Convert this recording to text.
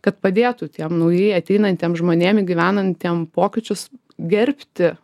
kad padėtų tiem naujai ateinantiem žmonėm įgyvenantiem pokyčius gerbti